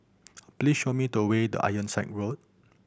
please show me the way to Ironside Road